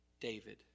David